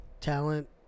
talent